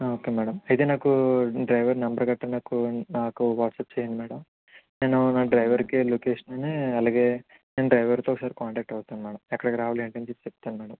okay madam అయితే నాకూ driver number గట్ట నాకు నాకు వాట్సప్ చేయండి మేడం నేను నా డ్రైవర్కి లొకేషను అలాగే నేను డ్రైవర్తో ఒకసారి కాంటాక్ట్ అవుతాను మేడం ఎక్కడికి రావాలి ఏంటి అని చెప్పి చెప్తాను మేడం